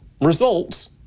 results